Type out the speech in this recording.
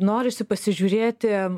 norisi pasižiūrėti